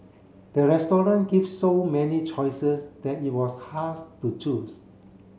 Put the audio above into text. the restaurant give so many choices that it was to choose